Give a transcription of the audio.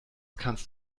kannst